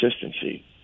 consistency